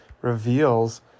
reveals